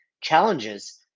challenges